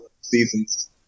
seasons